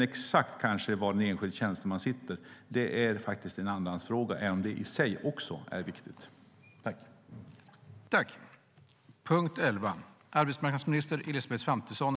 Exakt var en enskild tjänsteman sedan sitter är kanske en andrahandsfråga, även om det i sig också är viktigt.